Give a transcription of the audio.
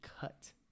cut